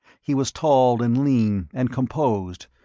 he was tall and lean and composed,